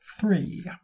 Three